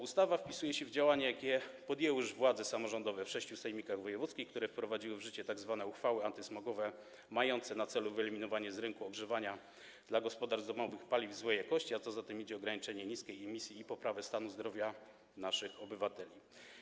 Ustawa wpisuje się w działania, jakie podjęły już władze samorządowe w sześciu sejmikach wojewódzkich, które wprowadziły w życie tzw. uchwały antysmogowe mające na celu wyeliminowanie z rynku ogrzewania dla gospodarstw domowych paliw złej jakości, a co za tym idzie, ograniczenie niskiej emisji i poprawę stanu zdrowia naszych obywateli.